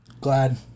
Glad